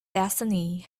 destiny